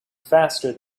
faster